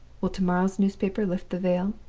will to-morrow's newspaper lift the veil?